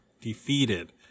defeated